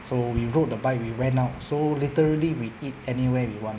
so we rode the bike we went out so literally we eat anywhere we want